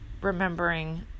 remembering